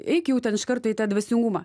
eik jau ten iš karto į tą dvasingumą